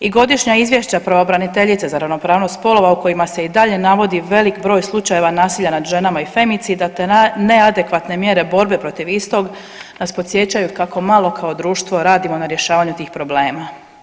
I godišnja izvješća pravobraniteljice za ravnopravnost spolova u kojima se i dalje navodi velik broj slučajeva nasilja nad ženama i femicida te neadekvatne mjere borbe protiv istog nas podsjećaju kako malo kao društvo radimo na rješavanju tih problema.